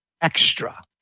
extra